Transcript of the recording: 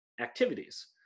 activities